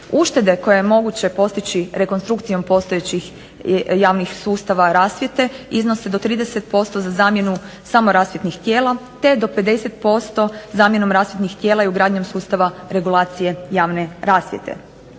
Uštede koje je moguće postići rekonstrukcijom postojećih javnih sustava rasvjete iznose do 30% za zamjenu samo rasvjetnih tijela te do 50% zamjenom rasvjetnih tijela i ugradnjom sustava regulacije javne rasvjete.